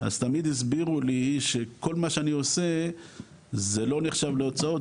אז תמיד הסבירו לי שכל מה שאני עושה זה לא נחשב להוצאות,